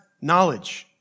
knowledge